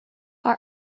our